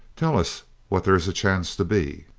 tell us what there is a chance to be.